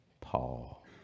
Paul